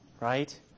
right